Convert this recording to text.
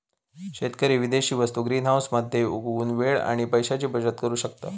शेतकरी विदेशी वस्तु ग्रीनहाऊस मध्ये उगवुन वेळ आणि पैशाची बचत करु शकता